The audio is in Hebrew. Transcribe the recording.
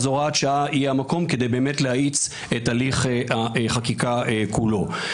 אז הוראת שעה היא המקום כדי באמת להאיץ את הליך החקיקה כולו.